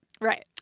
Right